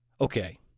Okay